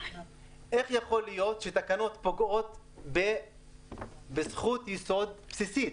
איך יכול להיות שתקנות פוגעות בזכות יסוד בסיסית,